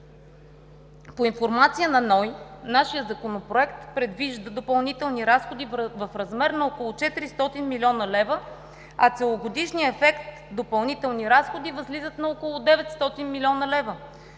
По информация на НОИ нашият Законопроект предвижда допълнителни разходи в размер на около 400 млн. лв., а целогодишният ефект допълнителни разходи възлизат на около 900 млн. лв.